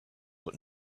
but